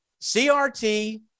CRT